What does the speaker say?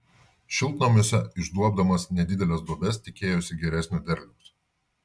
šiltnamiuose išduobdamas nedideles duobes tikėjosi geresnio derliaus